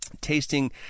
tasting